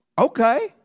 Okay